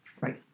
Right